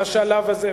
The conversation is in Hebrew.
בשלב הזה,